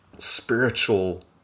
spiritual